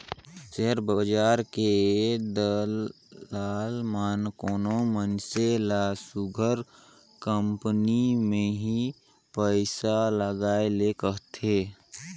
share बजार के दलाल मन कोनो मइनसे ल सुग्घर कंपनी में ही पइसा लगाए ले कहथें